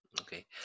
okay